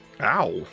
Ow